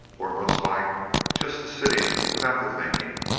or most like just the sitting without the thinking.